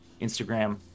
instagram